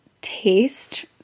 taste